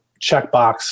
checkbox